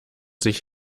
sich